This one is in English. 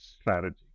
strategy